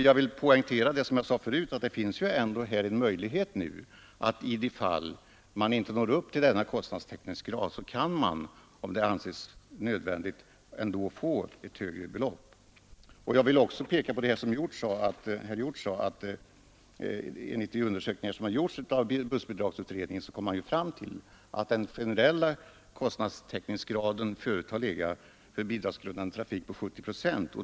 Jag vill då poängtera det jag sade förut, att i de fall man inte når upp till kostnadstäckningsgraden kan man — om det anses nödvändigt — ändå få högre belopp. Jag vill också peka på vad herr Hjorth sade, att enligt de undersökningar som gjorts av bussbidragsutredningen så kom man fram till att den generella kostnadstäckningsgraden för bidragsberättigad trafik förut har legat på 70 procent.